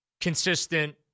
consistent